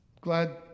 glad